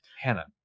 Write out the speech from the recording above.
Hannah